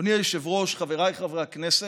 אדוני היושב-ראש, חבריי חברי הכנסת,